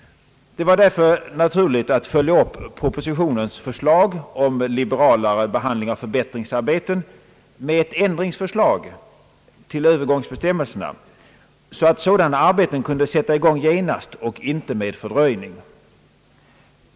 Det var därför naturligt att följa upp propositionens förslag om liberalare be Ang. hyreslagstiftningen handling av. förbättringsarbeten med ett ändringsförslag . till övergångsbestämmelserna, så att sådana arbeten kunde sättas i gång genast och inte med fördröjning.